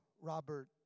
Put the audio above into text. Robert